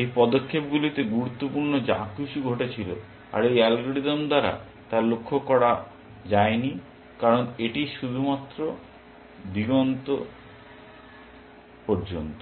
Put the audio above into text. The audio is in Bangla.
এই পদক্ষেপগুলিতে গুরুত্বপূর্ণ যা কিছু ঘটছিল আর এই অ্যালগরিদম দ্বারা তা লক্ষ্য করা যায় না কারণ এটির অনুসন্ধান শুধুমাত্র দিগন্ত পর্যন্ত